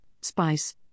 spice